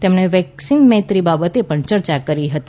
તેમણે વેક્સિન મૈત્રી બાબતે પણ ચર્ચા કરી હતી